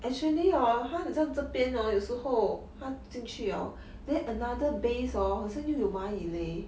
actually hor 他很像这边 hor 有时候他进去 hor then another base hor 好像又有蚂蚁 leh